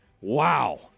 Wow